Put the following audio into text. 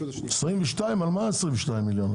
על מה 22 מיליון?